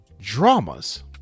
dramas